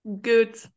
good